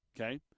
Okay